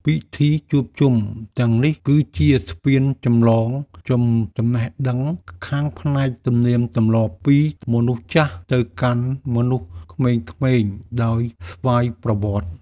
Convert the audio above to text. ពិធីជួបជុំទាំងនេះ គឺជាស្ពានចម្លងចំណេះដឹងខាងផ្នែកទំនៀមទម្លាប់ពីមនុស្សចាស់ទៅកាន់មនុស្សក្មេងៗដោយស្វ័យប្រវត្តិ។